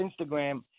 Instagram